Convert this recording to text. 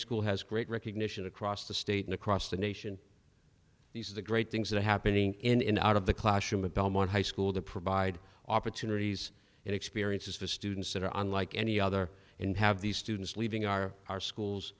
school has great recognition across the state and across the nation these are the great things that are happening in out of the classroom at belmont high school to provide opportunities and experiences to students that are unlike any other in have these students leaving our our schools